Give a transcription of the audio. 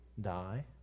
die